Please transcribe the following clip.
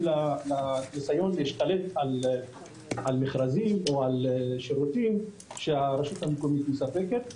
לנסיון להשתלט על מכרזים או על שירותים שהרשות המקומית מספקת.